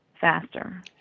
faster